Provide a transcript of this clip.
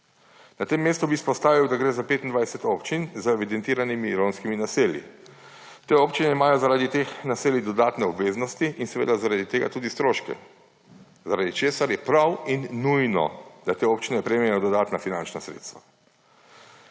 Na tem mestu bi izpostavil, da gre za 25 občin z evidentiranimi romskimi naselji. Te občine imajo zaradi teh naselij dodatne obveznosti in seveda zaradi tega tudi stroške, zaradi česar je prav in nujno, da te občine prejmejo dodatna finančna sredstva.